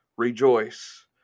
Rejoice